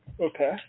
okay